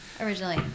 originally